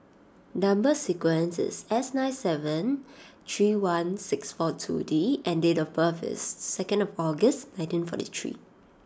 number sequence is S nine seven three one six four two D and date of birth is second August nineteen forty three